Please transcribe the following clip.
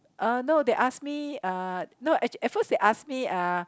uh no they ask me uh no at first they ask me uh